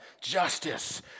Justice